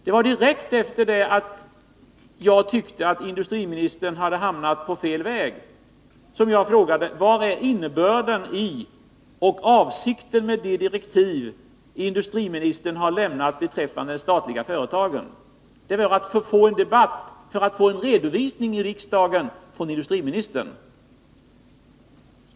Det var direkt " efter det att jag förstod att industriministern enligt min mening hade hamnat på fel väg som jag frågade: Vad är innebörden i och avsikten med de direktiv industriministern har lämnat beträffande de statliga företagen? Jag gjorde det för att få en debatt, för att få en redovisning av industriministern i riksdagen.